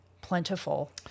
plentiful